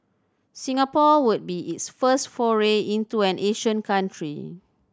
Singapore would be its first foray into an Asian country